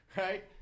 right